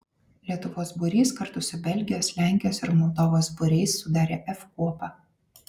lietuvos būrys kartu su belgijos lenkijos ir moldovos būriais sudarė f kuopą